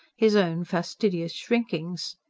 his own fastidious shrinkings.